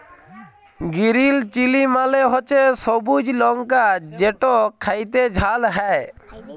গিরিল chilli মালে হছে সবুজ লংকা যেট খ্যাইতে ঝাল হ্যয়